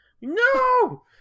No